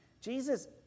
Jesus